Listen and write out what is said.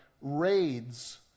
raids